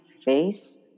face